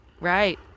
right